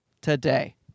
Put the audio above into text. today